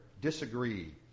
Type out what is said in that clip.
disagree